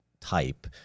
type